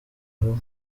vuba